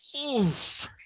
Oof